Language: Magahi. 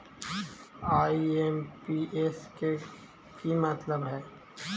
आई.एम.पी.एस के कि मतलब है?